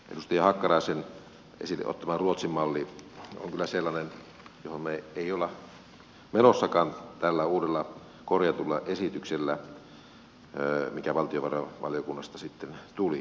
edustaja hakkaraisen esille ottama ruotsin malli on kyllä sellainen johon me emme ole menossakaan tällä uudella korjatulla esityksellä mikä valtiovarainvaliokunnasta sitten tuli